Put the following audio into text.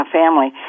family